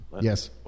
Yes